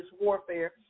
warfare